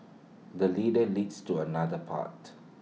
the leader leads to another path